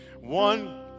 One